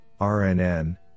RNN